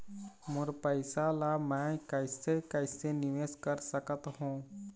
मोर पैसा ला मैं कैसे कैसे निवेश कर सकत हो?